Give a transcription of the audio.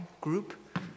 group